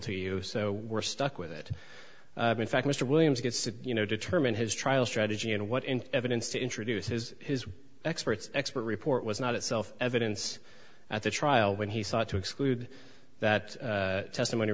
to you so we're stuck with it in fact mr williams gets to you know determine his trial strategy and what in evidence to introduce his expert's expert report was not itself evidence at the trial when he sought to exclude that testimony